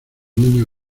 niño